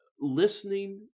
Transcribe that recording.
listening